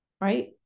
right